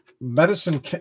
medicine